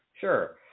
sure